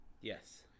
yes